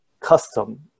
custom